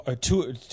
two